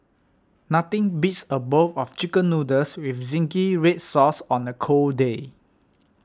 nothing beats a bowl of Chicken Noodles with Zingy Red Sauce on a cold day